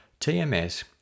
TMS